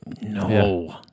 no